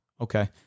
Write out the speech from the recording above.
Okay